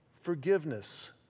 Forgiveness